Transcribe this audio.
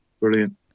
Brilliant